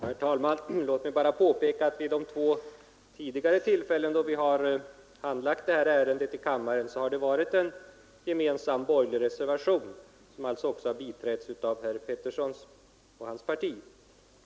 Herr talman! Låt mig bara påpeka att vid de två tidigare tillfällen då vi har handlagt det här ärendet i kammaren har det funnits en gemensam borgerlig reservation, som alltså biträtts även av herr Petersson i Röstånga och hans parti.